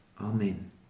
Amen